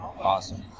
awesome